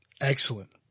excellent